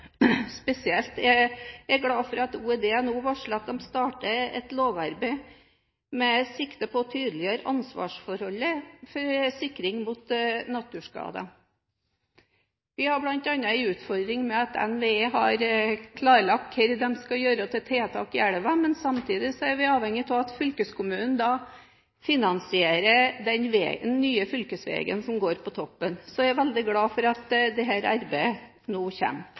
Spesielt er jeg glad for at Olje- og energidepartementet nå varsler at de starter et lovarbeid med sikte på å tydeliggjøre ansvarsforholdet for sikring mot naturskader. Vi har bl.a. en utfordring med at NVE har klarlagt hva slags tiltak de skal gjøre i elva, men samtidig er vi avhengig av at fylkeskommunen da finansierer den nye fylkesveien som går på toppen. Så jeg er veldig glad for at dette arbeidet nå